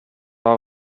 are